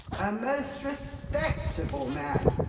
a most respectable man.